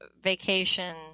vacation